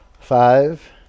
Five